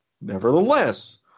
Nevertheless